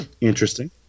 Interesting